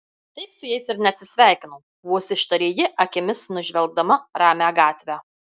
taip su jais ir neatsisveikinau vos ištarė ji akimis nužvelgdama ramią gatvę